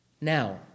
Now